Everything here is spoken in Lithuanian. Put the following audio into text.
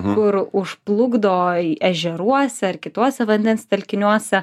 kur už plukdo į ežeruose ar kituose vandens telkiniuose